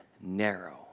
narrow